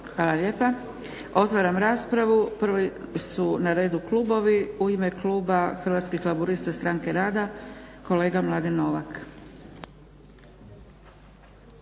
Hvala lijepa. Otvaram raspravu. Prvi su na redu klubovi. U ime kluba Hrvatskih laburista-Stranke rada kolega Mladen Novak.